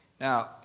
Now